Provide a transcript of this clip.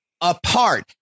apart